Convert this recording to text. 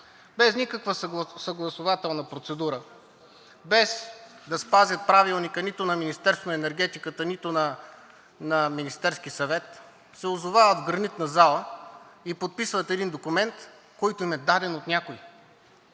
без никаква съгласувателна процедура, без да спазят правилника нито на Министерството на енергетиката, нито на Министерския съвет, се озовават в Гранитната зала и подписват един документ, който им е даден от някого